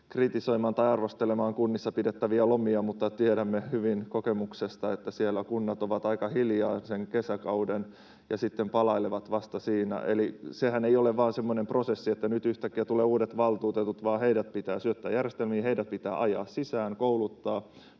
kritisoimaan tai arvostelemaan kunnissa pidettäviä lomia, mutta tiedämme hyvin kokemuksesta, että kunnat ovat aika hiljaa sen kesäkauden ja palailevat vasta sitten. Eli sehän ei ole vain semmoinen prosessi, että nyt yhtäkkiä uudet valtuutetut tulevat, vaan heidät pitää syöttää järjestelmiin, heidät pitää ajaa sisään, kouluttaa,